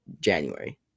January